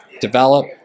develop